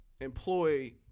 employ